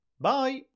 Bye